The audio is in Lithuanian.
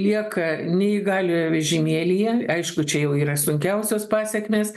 lieka neįgaliojo vežimėlyje aišku čia jau yra sunkiausios pasekmės